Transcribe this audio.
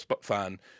fan